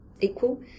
equal